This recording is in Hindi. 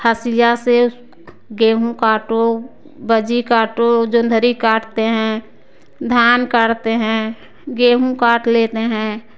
हसिया से गेहूँ काटो बजी काटो जोंधरी काटते हैं धान काढ़ते हैं गेहूँ काट लेते हैं